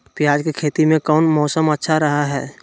प्याज के खेती में कौन मौसम अच्छा रहा हय?